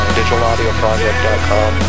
digitalaudioproject.com